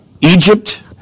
Egypt